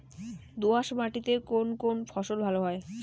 দোঁয়াশ মাটিতে কোন কোন ফসল ভালো হয়?